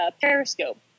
periscope